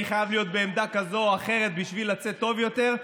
אני חייב להיות בעמדה כזאת או אחרת בשביל לצאת טוב יותר.